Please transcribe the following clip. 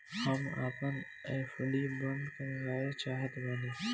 हम आपन एफ.डी बंद करना चाहत बानी